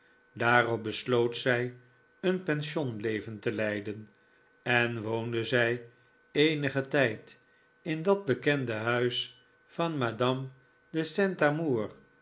daarop besloot zij een pensionleven te leiden en woonde zij eenigen tijd in dat bekende huis van madame de saint amour